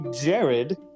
Jared